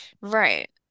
Right